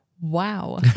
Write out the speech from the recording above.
Wow